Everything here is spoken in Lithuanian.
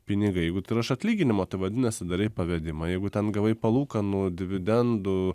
pinigai jeigu tai yra iš atlyginimo tai vadinasi darei pavedimą jeigu ten gavai palūkanų dividendų